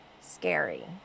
scary